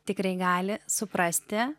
tikrai gali suprasti